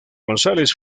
gonzález